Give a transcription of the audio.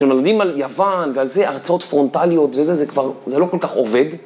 כשמודדים על יוון ועל זה הרצאות פרונטליות וזה ,זה כבר לא כל כך עובד.